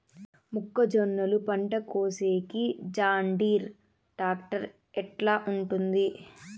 మొక్కజొన్నలు పంట కోసేకి జాన్డీర్ టాక్టర్ ఎట్లా ఉంటుంది?